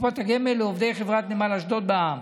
לעובדי חברת נמל אשדוד בע"מ.